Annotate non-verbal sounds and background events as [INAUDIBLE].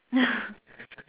[LAUGHS]